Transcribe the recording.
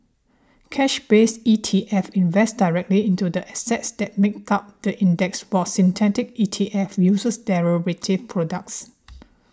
cash based E T F invest directly into the assets that make up the index while synthetic E T F use derivative products